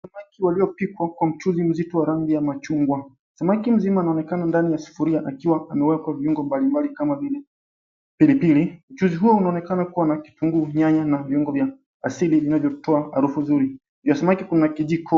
Samaki waliopikwa kwa mchuzi mzito wa rangi ya machungwa. Samaki mzima anaonekana ndani ya sufuria akiwa amewekwa viungo mbalimbali kama vile pilipili. Mchuzi huu unaonekana kuwa na kitunguu, nyanya na viungo vya asili vinavyotoa harufu nzuri. Juu ya samaki kuna kijiko.